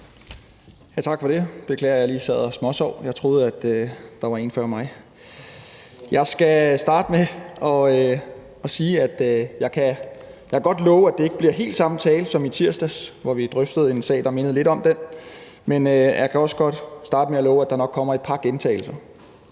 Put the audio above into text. Tak for det. Jeg beklager, at jeg lige sad og småsov – jeg troede, der var en før mig. Jeg skal starte med at sige, at jeg godt kan love, at det ikke bliver helt samme tale som i tirsdags, hvor vi drøftede en sag, der minder lidt om den her, men jeg kan også godt starte med at love, at der nok kommer et par gentagelser.